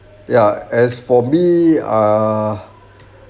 ya as for me uh